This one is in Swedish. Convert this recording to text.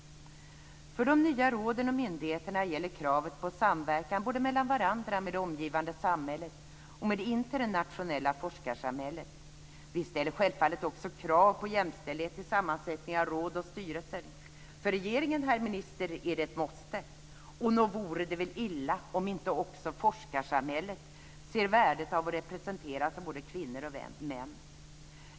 För de nya råden och myndigheterna gäller kravet på samverkan både mellan varandra, med det omgivande samhället och med det internationella forskarsamhället. Vi ställer självfallet också krav på jämställdhet i sammansättningen av råd och styrelser. För regeringen, herr minister, är det ett måste. Och nog vore det väl illa om inte också forskarsamhället såg värdet i att representeras av både kvinnor och män.